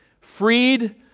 Freed